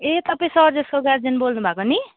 ए तपाईँ सजेसको गार्जेन बोल्नु भएको नि